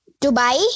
Dubai